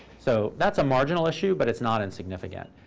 so that's a marginal issue, but it's not insignificant.